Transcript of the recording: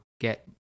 get